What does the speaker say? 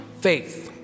faith